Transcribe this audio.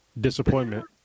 Disappointment